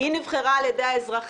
היא נבחרה על ידי האזרחים,